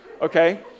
Okay